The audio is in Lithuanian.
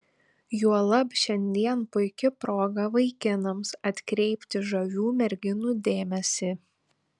juolab šiandien puiki proga vaikinams atkreipti žavių merginų dėmesį